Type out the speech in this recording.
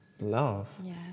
love